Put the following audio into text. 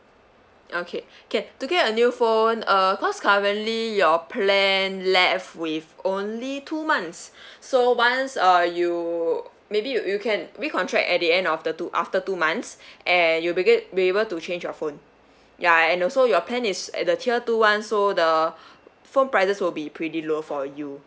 okay can to get a new phone uh cause currently your plan left with only two months so once uh you maybe you you can recontract at the end of the two after two months and you'll be get be able to change your phone ya and also your plan is at the tier two one so the phone prices will be pretty low for you